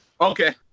Okay